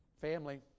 Family